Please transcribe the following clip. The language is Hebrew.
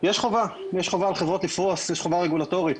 יש חובה על החברות לפרוס, יש חובה רגולטורית,